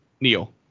Neil